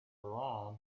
koran